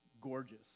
gorgeous